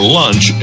lunch